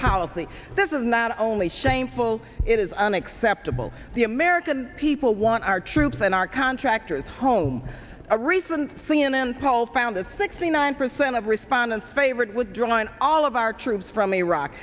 policy this is not only shameful it is unacceptable the american people want our troops and our contractors home a recent c n n poll found that sixty nine percent of respondents favorite withdrawing all of our troops